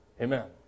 Amen